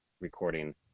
recording